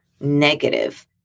negative